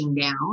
down